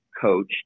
coach